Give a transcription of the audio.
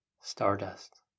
stardust